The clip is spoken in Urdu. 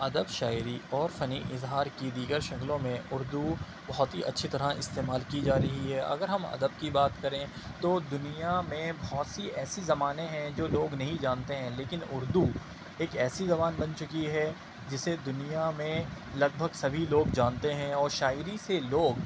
ادب شاعری اور فنی اظہار کی دیگر شکلوں میں اردو بہت ہی اچھی طرح استعمال کی جا رہی ہے اگر ہم ادب کی بات کریں تو دنیا میں بہت سی ایسی زبانیں ہیں جو لوگ نہیں جانتے ہیں لیکن اردو ایک ایسی زبان بن چکی ہے جسے دنیا میں لگ بھگ سبھی لوگ جانتے ہیں اور شاعری سے لوگ